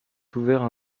ouvert